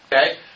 Okay